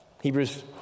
Hebrews